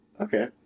Okay